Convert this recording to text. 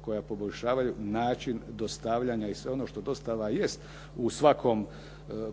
koja poboljšavaju način dostavljanja i sve ono što dostava jest u svakom